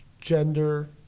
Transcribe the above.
gender